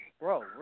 Bro